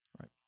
Right